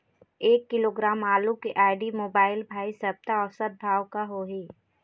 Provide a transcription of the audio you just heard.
एक किलोग्राम आलू के आईडी, मोबाइल, भाई सप्ता औसत भाव का होही?